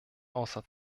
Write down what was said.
außer